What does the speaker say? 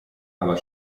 aber